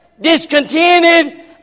discontented